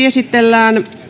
esitellään